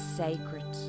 sacred